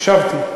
הקשבתי.